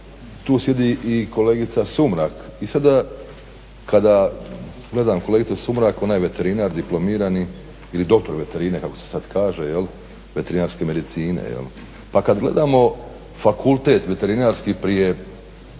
tu sjedi i kolegica Sumrak. I sada kada gledam kolegicu Sumrak ona je veterinar diplomirani ili doktor veterine kako se kada kaže jel veterinarske medicine pa kada gledamo Fakultet veterinarski prije